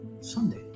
sunday